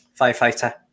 firefighter